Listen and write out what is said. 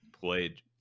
played